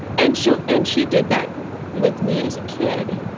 and she um and she did that with me as a kid,